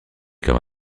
comme